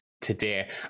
today